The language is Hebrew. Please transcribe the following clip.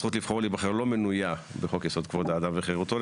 הזכות לבחור ולהיבחר לא מנויה בחוק יסוד כבוד האדם וחירותו,